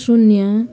शून्य